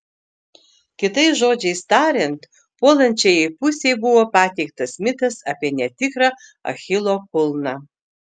kitais žodžiais tariant puolančiajai pusei buvo pateiktas mitas apie netikrą achilo kulną